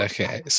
Okay